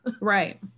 Right